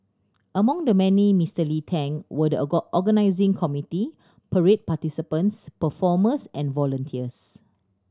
among the many Mister Lee thanked were the organising committee parade participants performers and volunteers